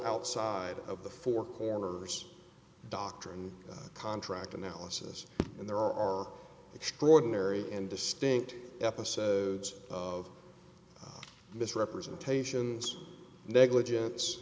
outside of the four corners doctrine contract analysis and there are extraordinary and distinct episodes of misrepresentations negligence